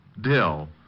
Dill